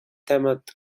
temat